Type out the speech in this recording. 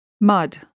Mud